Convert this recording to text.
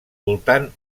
voltant